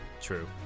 True